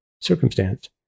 circumstance